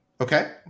Okay